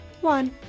one